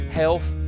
health